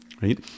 right